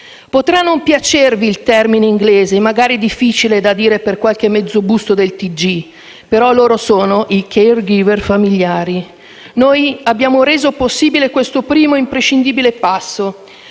Potrà non piacervi il termine inglese, magari difficile da dire per qualche mezzobusto del TG, ma loro sono i *caregiver* familiari. Noi abbiamo reso possibile questo primo imprescindibile passo: